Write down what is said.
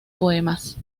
poemas